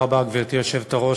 גברתי היושבת-ראש,